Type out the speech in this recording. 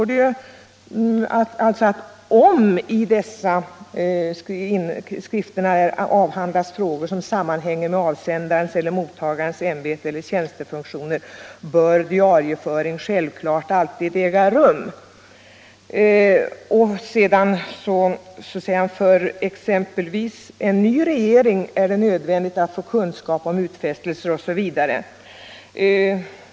I reservationen föregående år heter det: ”-—-—- om i dessa ”- skrifter -” avhandlas frågor som sammanhänger med avsändarens eller mottagarens ämbete eller tjänstefunktioner bör diarieföring självklart alltid äga rum. ”Sedan säger man att för exempelvis en ny regering är det nödvändigt att få kunskaper om utfästelser osv.